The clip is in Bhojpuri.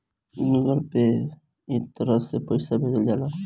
गूगल पे पअ इ तरह से पईसा भेजल जाला